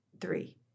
three